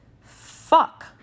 fuck